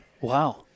Wow